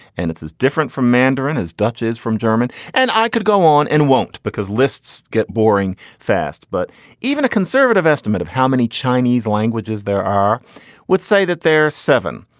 and it's as different from mandarin as dutches from german. and i could go on and won't because lists get boring fast. but even a conservative estimate of how many chinese languages there are would say that they're seven.